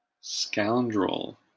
Scoundrel